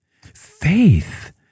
Faith